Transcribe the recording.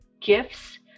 gifts